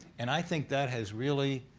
and i think that has really